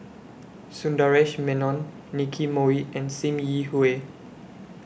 Sundaresh Menon Nicky Moey and SIM Yi Hui